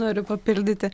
noriu papildyti